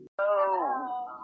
Hello